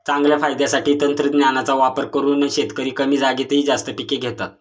चांगल्या फायद्यासाठी तंत्रज्ञानाचा वापर करून शेतकरी कमी जागेतही जास्त पिके घेतात